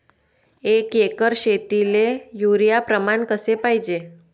एक एकर शेतीले युरिया प्रमान कसे पाहिजे?